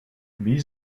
wie